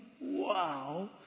Wow